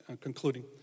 concluding